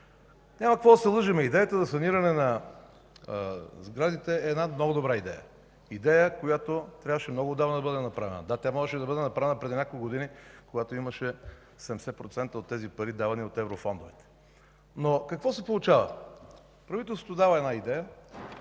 Няма какво да се лъжем. Идеята за саниране на сградите е много добра идея, която трябваше много отдавна да бъде направена. Да, тя можеше да бъде направена преди няколко години, когато 70% от тези пари бяха давани от еврофондовете. Но какво се получава? Правителството дава една идея,